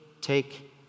take